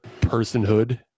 personhood